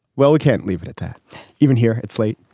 well we can't leave it at that even here. it's late